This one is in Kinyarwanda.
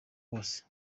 bose